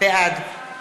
בעד